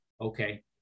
Okay